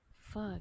fuck